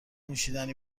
نوشیدنی